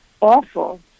awful